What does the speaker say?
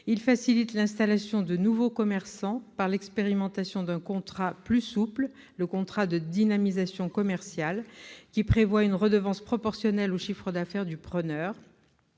Il facilite l'installation de nouveaux commerçants par l'expérimentation d'un contrat plus souple, le contrat de dynamisation commerciale, qui prévoit une redevance proportionnelle au chiffre d'affaires du preneur.